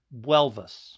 Welvis